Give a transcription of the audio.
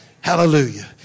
Hallelujah